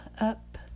up